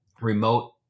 remote